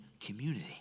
community